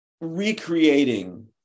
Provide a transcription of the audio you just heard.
Recreating